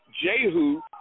Jehu